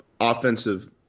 offensive